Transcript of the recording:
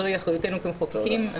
זו אחריותנו כמחוקקים.